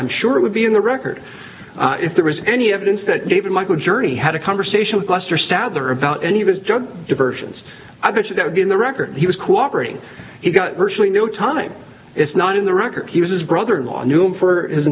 i'm sure it would be in the record if there was any evidence that david michael journey had a conversation with lester stadler about any of his jug diversions i guess that would be in the record he was cooperating he got virtually no time it's not in the record he was his brother in law knew him for his